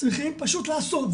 צריכים פשוט לעשות.